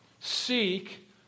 Seek